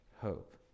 hope